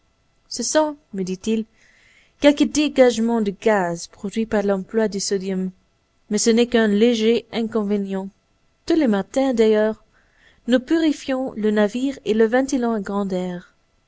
ce sont me dit-il quelques dégagements de gaz produits par l'emploi du sodium mais ce n'est qu'un léger inconvénient tous les matins d'ailleurs nous purifions le navire en le